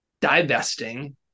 divesting